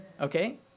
Okay